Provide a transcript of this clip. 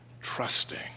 trusting